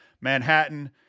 Manhattan